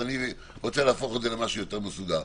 אני רוצה להפוך את זה למשהו יותר מסודר.